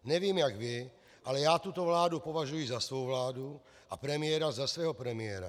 Nevím jak vy, ale já tuto vládu považuji za svou vládu a premiéra za svého premiéra.